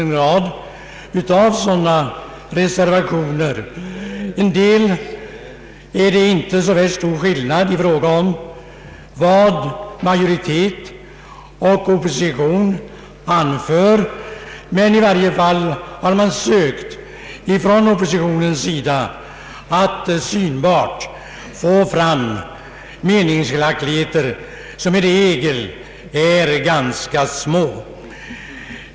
Beträffande en del reservationer är det inte så stor skillnad mellan vad majoriteten och oppositionen anför, men oppositionen har tydligen sökt att synbart få fram meningsskiljaktigheter, som i regel är ganska små.